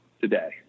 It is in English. today